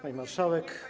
Pani Marszałek!